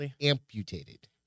amputated